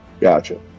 Gotcha